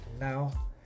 now